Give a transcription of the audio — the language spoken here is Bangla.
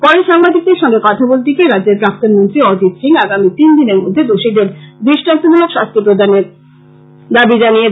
পরে সাংবাদিকদের সঙ্গে কথা বলতে গিয়ে রাজ্যের প্রাক্তন মন্ত্রী অজিত সিং আগামী তিন দিনের মধ্যে দোষীদের ধরে দৃষ্টান্তমূলক শাস্তি দাবী জানিয়েছেন